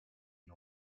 une